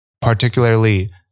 particularly